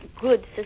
good